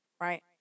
Right